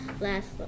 last